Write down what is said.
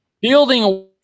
Building